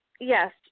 yes